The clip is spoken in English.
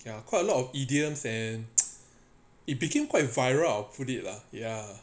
ya quite a lot of idioms and it became quite viral I'll put it lah ya